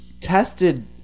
tested